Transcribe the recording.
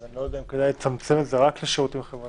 אז אני לא יודע אם כדאי לצמצם את זה רק לשירותים חברתיים.